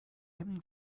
hemden